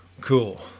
cool